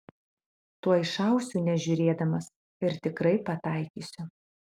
tuoj šausiu nežiūrėdamas ir tikrai pataikysiu